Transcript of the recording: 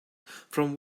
from